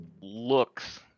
looks